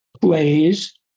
plays